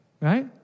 right